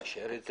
לאשר את זה.